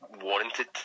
warranted